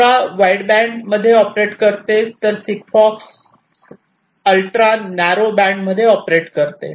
LoRa wide band मध्ये operate करते तर सिगफॉक्स अल्ट्रा नॅरो बँड मध्ये ऑपरेट करते